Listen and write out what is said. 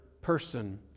person